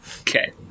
Okay